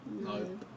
No